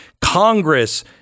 Congress